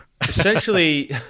essentially